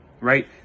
right